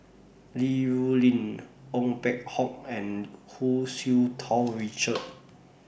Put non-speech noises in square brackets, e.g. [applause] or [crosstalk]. Li Rulin Ong Peng Hock and Hu Tsu Tau [noise] Richard